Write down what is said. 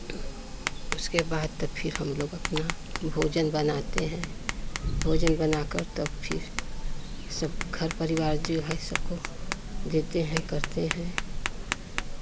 उसके बाद फिर हम लोग अपना भोजन बनाते हैं भोजन बना कर तब फिर सब घर परिवार जो है सबको देते हैं करते हैं